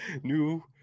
New